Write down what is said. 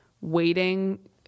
waiting